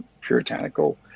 puritanical